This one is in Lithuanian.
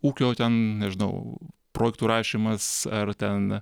ūkio ten nežinau projektų rašymas ar ten